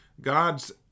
God's